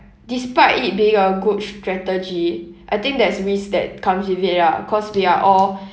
despite it being a good strategy I think there's risk that comes with it ah cause we are all